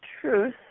truth